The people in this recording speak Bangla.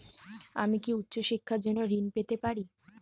আমি কি উচ্চ শিক্ষার জন্য ঋণ পেতে পারি?